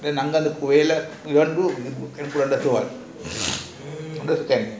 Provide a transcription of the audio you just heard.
அங்க இருந்து போகையில:anga irunthu pogayila we went to